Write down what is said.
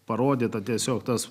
parodyta tiesiog tas